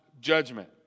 judgment